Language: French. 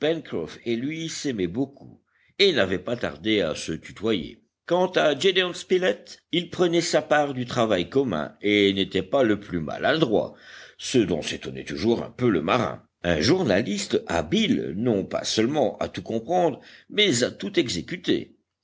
s'aimaient beaucoup et n'avaient pas tardé à se tutoyer quant à gédéon spilett il prenait sa part du travail commun et n'était pas le plus maladroit ce dont s'étonnait toujours un peu le marin un journaliste habile non pas seulement à tout comprendre mais à tout exécuter